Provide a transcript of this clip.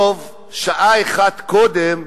טוב שעה אחת קודם,